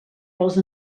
pels